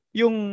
yung